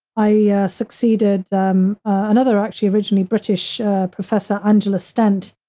i yeah succeeded. um another, actually originally british professor, angela stent,